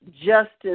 justice